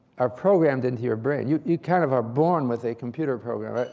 are programmed into your brain. you you kind of are born with a computer program.